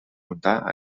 muntar